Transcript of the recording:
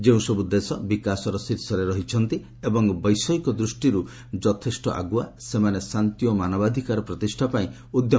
ଯେଉଁସବୁ ଦେଶ ବିକାଶର ଶୀର୍ଷରେ ରହିଛନ୍ତି ଏବଂ ବୈଷୟିକ ଦୃଷ୍ଟିରୁ ଯଥେଷ୍ଟ ଆଗୁଆ ସେମାନେ ଶାନ୍ତି ଓ ମାନବାଧିକାର ପ୍ରତିଷ୍ଠା ପାଇଁ ଉଦ୍ୟମ କରିବା ଆବଶ୍ୟକ